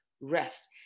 rest